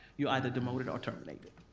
you're either demoted or terminated. it